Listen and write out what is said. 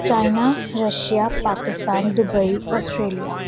China Russia Pakistan Dubai Australia